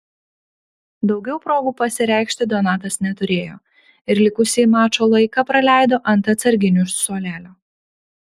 daugiau progų pasireikšti donatas neturėjo ir likusį mačo laiką praleido ant atsarginių suolelio